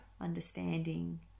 understanding